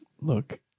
Look